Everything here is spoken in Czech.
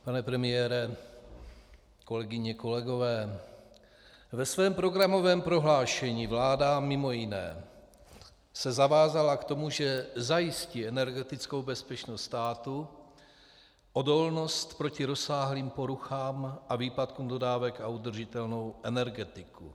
Pane premiére, kolegyně, kolegové, ve svém programovém prohlášení se vláda mimo jiné zavázala k tomu, že zajistí energetickou bezpečnost státu, odolnost proti rozsáhlým poruchám a výpadkům dodávek a udržitelnou energetiku.